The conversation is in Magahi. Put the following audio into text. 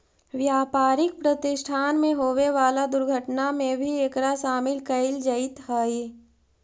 व्यापारिक प्रतिष्ठान में होवे वाला दुर्घटना में भी एकरा शामिल कईल जईत हई